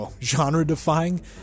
genre-defying